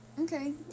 Okay